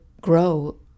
grow